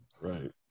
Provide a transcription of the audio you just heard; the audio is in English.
Right